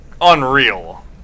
unreal